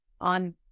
on